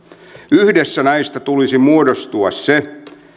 yhdessä näistä tulisi muodostua se